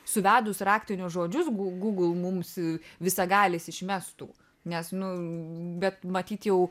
suvedus raktinius žodžius gu gūgl mums e visagalis išmestų nes nu bet matyt jau